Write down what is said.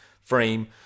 frame